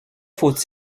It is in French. faut